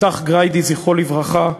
יפתח גריידי, זכרו לברכה,